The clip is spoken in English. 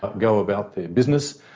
go about their business.